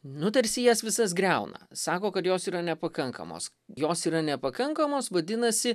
nu tarsi jas visas griauna sako kad jos yra nepakankamos jos yra nepakankamos vadinasi